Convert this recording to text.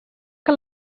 que